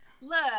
Look